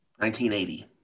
1980